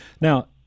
Now